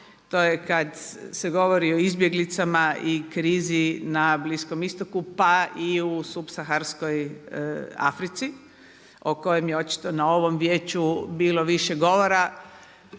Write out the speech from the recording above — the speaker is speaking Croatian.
To je kad se govori o izbjeglicama i krizi na Bliskom istoku pa i u subsaharskoj Africi o kojem je očito na ovom Vijeću bilo više govora